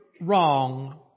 wrong